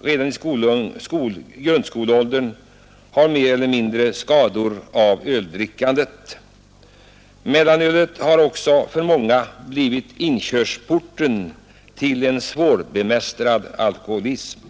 företer redan i grundskoleåldern större eller minre skador av alkoholdrickandet. Mellanölet har också för många blivit inkörsporten till en svårbemästrad alkoholism.